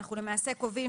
אנחנו למעשה קובעים